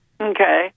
Okay